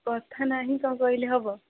କଥା ନାହିଁ କ'ଣ କହିଲେ ହବ